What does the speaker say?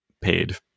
paid